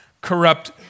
corrupt